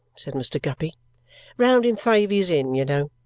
said mr. guppy round in thavies inn, you know.